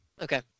Okay